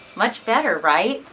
much better right?